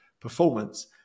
performance